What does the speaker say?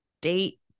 date